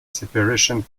separation